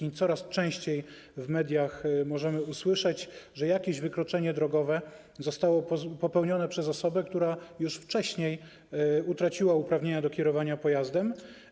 W mediach coraz częściej możemy usłyszeć, że jakieś wykroczenie drogowe zostało popełnione przez osobę, która już wcześniej utraciła uprawnienia do kierowania pojazdem.